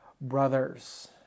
brothers